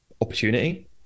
opportunity